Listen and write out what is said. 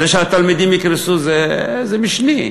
זה שהתלמידים יקרסו זה משני,